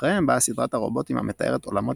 אחריהם באה סדרת הרובוטים המתארת עולמות